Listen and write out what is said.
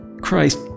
Christ